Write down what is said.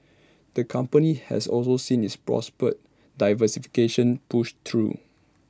the company has also seen its proposed diversification pushed through